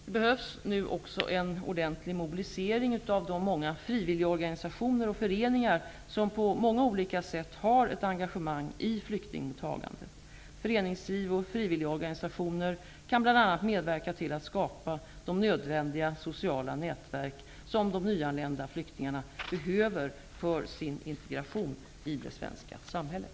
Det behövs nu också en ordentlig mobilisering av de många frivilligorganisationer och föreningar som på många olika sätt har ett engagemang i flyktingmottagandet. Föreningsliv och frivilligorganisationer kan bl.a. medverka till att skapa de nödvändiga sociala nätverk som de nyanlända flyktingarna behöver för sin integration i det svenska samhället.